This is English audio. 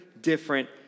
different